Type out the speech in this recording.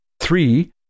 three